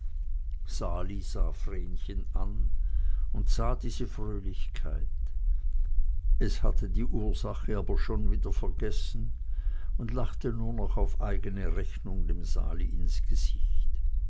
vrenchen an und sah diese fröhlichkeit es hatte die ursache aber schon wieder vergessen und lachte nur noch auf eigene rechnung dem sali ins gesicht